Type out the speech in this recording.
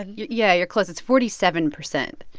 yeah. you're close. it's forty seven percent.